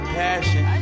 passion